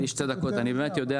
אני באמת יודע,